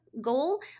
goal